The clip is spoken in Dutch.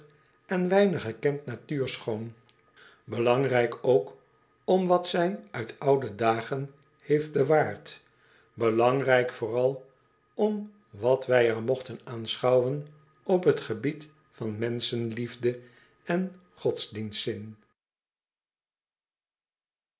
en weinig gekend natuurschoon belangrijk ook om wat zij uit oude dagen heeft bewaard belangrijk vooral om wat wij er mogten aanschouwen op het gebied van menschenliefde en godsdienstzin